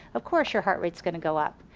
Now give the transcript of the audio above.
of course your heart rate is gonna go up.